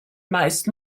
meist